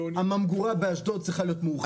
הממגורה באשדוד צריכה להיות מורחבת.